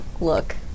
Look